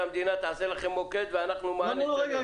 המדינה תעשה לכם מוקד ואנחנו --- רגע,